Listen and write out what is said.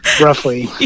roughly